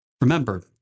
Remember